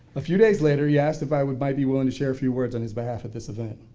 a few days later, he asked if i might be willing to share a few words on his behalf at this event.